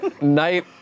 Night